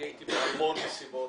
הייתי בהמון מסיבות,